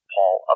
Paul